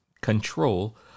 control